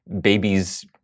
babies